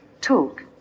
talk